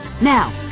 Now